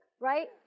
right